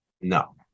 No